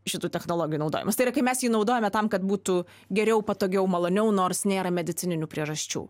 šitų technologijų naudojimas tai yra kai mes jį naudojame tam kad būtų geriau patogiau maloniau nors nėra medicininių priežasčių